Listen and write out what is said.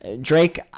Drake